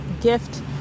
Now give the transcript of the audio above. gift